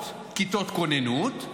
כי היום שמעתי ריאיון שלו,